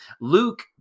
Luke